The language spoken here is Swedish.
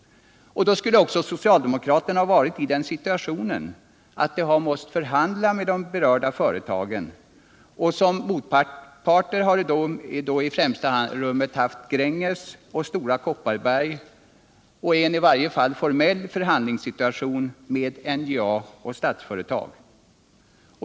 Då skulle också socialdemokraterna varit i den situationen att de måst förhandla med de berörda företagen och som motparter då i främsta rummet haft Gränges och Stora Kopparberg. En i varje fall formell förhandlingssituation hade då rått med NJA och Statsföretag.